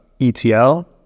ETL